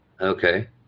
Okay